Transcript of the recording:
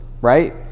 right